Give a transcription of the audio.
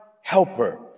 helper